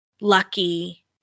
Lucky